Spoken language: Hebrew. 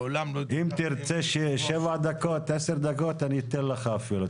אם תרצה 7 דקות, 10 דקות, אני אתן לך אפילו.